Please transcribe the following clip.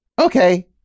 Okay